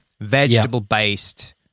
Vegetable-based